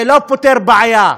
זה לא פותר בעיה.